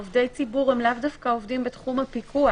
עובדי ציבור הם לאו דווקא עובדים בתחום הפיקוח,